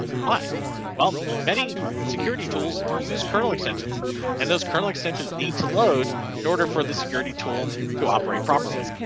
why well many security tools use kernel extensions and those kernel extensions need to load in order for the security tool to operate properly.